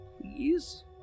please